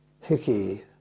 Hickey